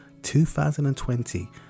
2020